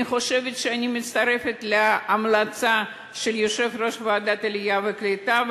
אני חושבת שאני מצטרפת להמלצה של יושב-ראש ועדת העלייה והקליטה,